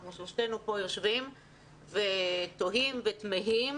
אנחנו שלושתנו יושבים כאן ותוהים ותמהים.